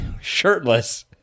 shirtless